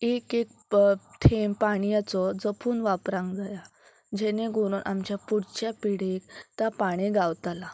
एक एक थेंब पाणयाचो जपून वापरांक जाया जेणे करून आमच्या पुडच्या पिडीक त्या पाणी गावताला